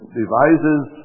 devises